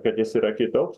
kad jis yra kitoks